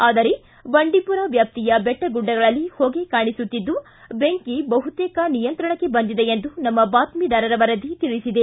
ಆದರೆ ಬಂಡೀಪುರ ವ್ಯಾಪ್ತಿಯ ಬೆಟ್ಟಗುಡ್ಡಗಳಲ್ಲಿ ಹೊಗೆ ಕಾಣಿಸುತ್ತಿದ್ದು ಬೆಂಕಿ ಬಹುತೇಕ ನಿಯಂತ್ರಣಕ್ಕೆ ಬಂದಿದೆ ಎಂದು ನಮ್ನ ಬಾತ್ಜಿದಾರರ ವರದಿ ತಿಳಿಸಿದೆ